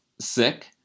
sick